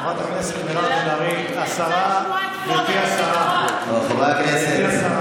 חברת הכנסת מירב בן ארי, גברתי השרה, חברי הכנסת.